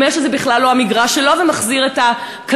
אומר שזה בכלל לא המגרש שלו ומחזיר את הכדור.